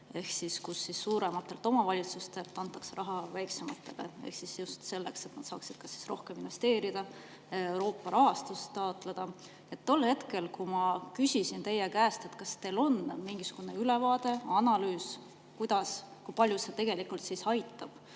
et suurematelt omavalitsustelt antaks raha väiksematele just selleks, et nad saaksid kas rohkem investeerida või Euroopa rahastust taotleda. Tol hetkel ma küsisin teie käest, kas teil on mingisugune ülevaade, analüüs, kuidas ja kui palju see tegelikult aitab.